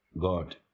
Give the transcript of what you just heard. God